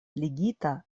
ligita